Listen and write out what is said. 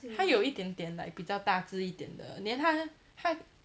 他有一点点 like 比较大只一点的 then 他他